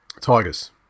Tigers